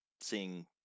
seeing